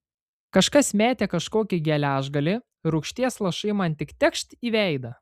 kažkas metė kažkokį geležgalį rūgšties lašai man tik tekšt į veidą